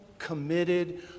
committed